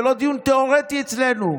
זה לא דיון תאורטי אצלנו.